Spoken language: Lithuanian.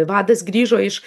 vadas grįžo iš